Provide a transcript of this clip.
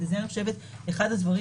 אני רוצה לומר רק מהשטח.